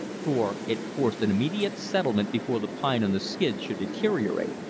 for it forced an immediate settlement before the pine on the skids should deteriorate.